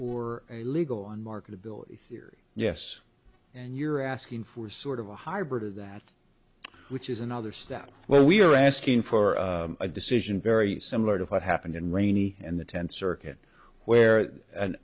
or a legal on market ability theory yes and you're asking for sort of a hybrid of that which is another step where we're asking for a decision very similar to what happened in rainy and the tenth circuit where